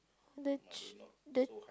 the ch~ the